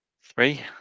Three